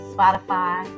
Spotify